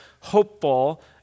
hopeful